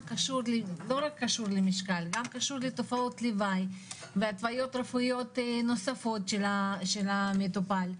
לא קשור רק למשקל אלא לתופעות לוואי והתוויות רפואיות נוספות של המטופל.